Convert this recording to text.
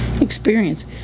experience